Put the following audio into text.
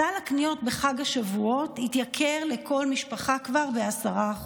סל הקניות בחג השבועות התייקר לכל משפחה כבר ב-10%,